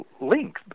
link